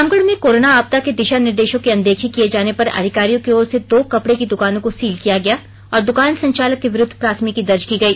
रामगढ़ में कोरोना आपदा के दिशा निर्देशों की अनदेखी किये जाने पर अधिकारियों की ओर से दो कपड़े की दुकानों को सील किया गया और दुकान संचालक के विरूद्व प्राथमिकी दर्ज की गई